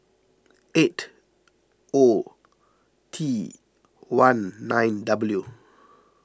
eight O T one nine W